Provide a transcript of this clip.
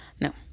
No